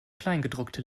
kleingedruckte